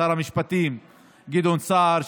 שר המשפטים גדעון סער,